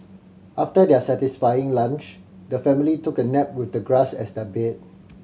after their satisfying lunch the family took a nap with the grass as their bed